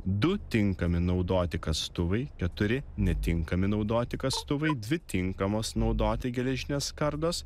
du tinkami naudoti kastuvai keturi netinkami naudoti kastuvai dvi tinkamos naudoti geležinės skardos